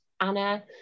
anna